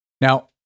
Now